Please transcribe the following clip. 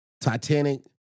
Titanic